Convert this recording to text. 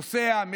נוסע,